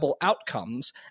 outcomes